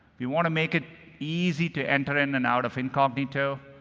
we want to make it easy to enter in and out of incognito.